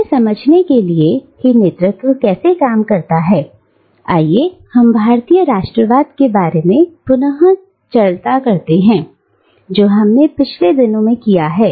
यह समझने के लिए कि नेतृत्व कैसे काम करता है आइए हम भारतीय राष्ट्रवाद के बारे में पुनः चलता करते हैं जो हमने पिछले दिनों में किया है